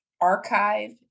Archive